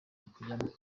kujyamo